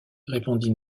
répondit